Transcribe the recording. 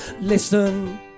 listen